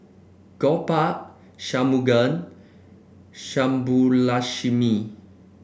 Gopal Shunmugam Subbulakshmi